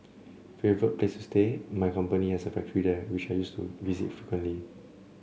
favourite place to stay my company has a factory there which I used to visit frequently